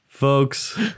Folks